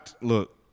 look